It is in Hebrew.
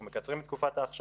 אנחנו מקצרים את תקופת האכשרה,